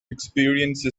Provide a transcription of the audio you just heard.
experience